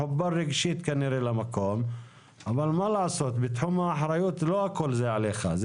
מחובר רגשית למקום אבל מה לעשות תחום האחריות לא כולו עליך.